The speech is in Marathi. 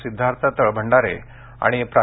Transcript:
सिद्धार्थ तळभंडारे आणि प्रा